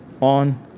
on